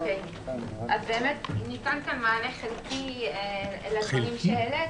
באמת ניתן מענה חלקי לדברים שהעלית.